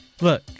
Look